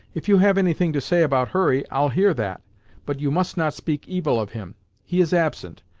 if you have any thing to say about hurry, i'll hear that but you must not speak evil of him he is absent,